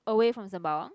away from Sembawang